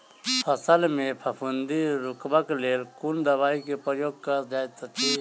फसल मे फफूंदी रुकबाक लेल कुन दवाई केँ प्रयोग कैल जाइत अछि?